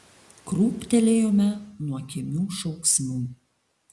krūptelėjome nuo kimių šauksmų